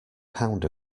pound